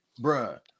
bruh